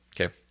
Okay